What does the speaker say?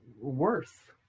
worth